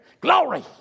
Glory